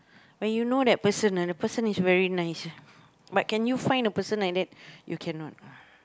when you know that person ah that person is very nice but can you find a person like that you cannot